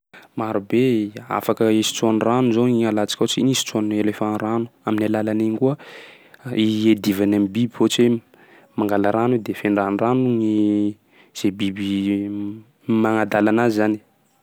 Marobe, afaka isotsoany rano zao igny, alatsaka ohatsy igny isotsoan'ny éléphant rano. Amin'ny alalan'igny koa iadivany am'biby ohatsy hoe mangala rano iha de fendrahany rano gny zay biby magnadala anazy zany.